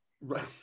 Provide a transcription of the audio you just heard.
Right